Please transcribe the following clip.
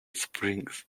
springs